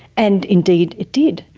and indeed it did.